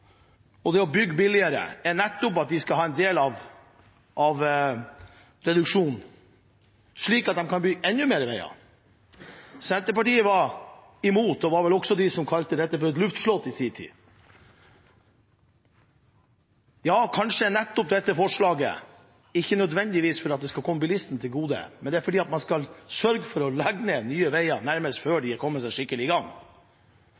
og det å bygge billigere er nettopp at de skal ha en del av reduksjonen, slik at de kan bygge enda mer veier. Senterpartiet var imot, og var vel også de som kalte dette for et luftslott i sin tid. Ja, kanskje nettopp dette forslaget ikke nødvendigvis fremmes for at det skal komme bilistene til gode, men fordi man vil sørge for å legge ned Nye Veier nærmest før de er kommet skikkelig i gang.